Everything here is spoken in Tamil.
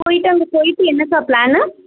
போயிட்டு அங்கே போயிட்டு என்னக்கா பிளான்னு